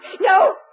no